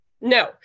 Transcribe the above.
No